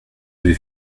avait